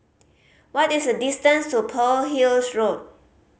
what is the distance to Pearl Hill Road